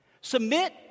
submit